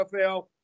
NFL